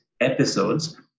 episodes